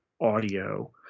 audio